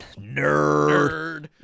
Nerd